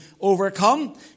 overcome